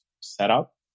setup